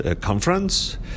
conference